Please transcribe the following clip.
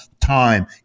time